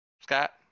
Scott